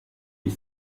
die